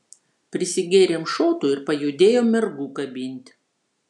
prisigėrėm šotų ir pajudėjom mergų kabint